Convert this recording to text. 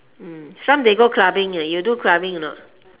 mm some they go clubbing you do clubbing or not